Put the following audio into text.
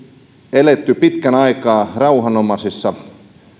eletty pitkän aikaa rauhanomaisessa